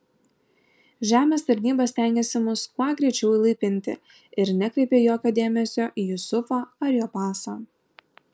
žemės tarnyba stengėsi mus kuo greičiau įlaipinti ir nekreipė jokio dėmesio į jusufą ar jo pasą